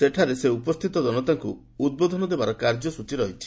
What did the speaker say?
ସେଠାରେ ସେ ଉପସ୍ଥିତ ଜନତାଙ୍କୁ ଉଦ୍ବୋଧନ ଦେବାର କାର୍ଯ୍ୟସଚୀ ରହିଛି